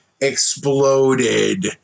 exploded